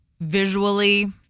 visually